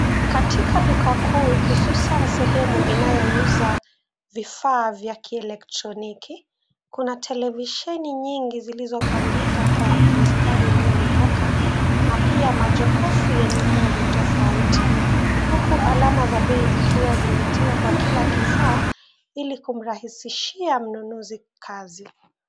Katika duka kuu hususan sehemu inayouza vifaa vya kielektroniki. Kuna televisieni nyingi zilizopangika kwa mistari iliyonyoka na pia majokofu yenye rangi tofauti. Huku alama za bei zikiwa zimetiwa kwa kila kifaa ili kumrahisishia mnunuzi kazi.